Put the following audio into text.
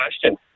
question